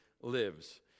lives